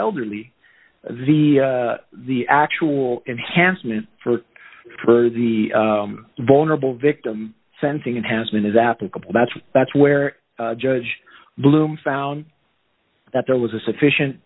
elderly the the actual enhancement for for the vulnerable victim sensing and has been is applicable that's that's where judge bloom found that there was a sufficient